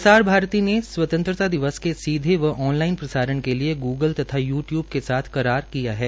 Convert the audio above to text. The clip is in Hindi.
प्रसार भारती ने स्वतंत्रता दिवस के सीधे प्रसारण के लिए ग्रगल तथा य्र टयूब के साथ करार किया है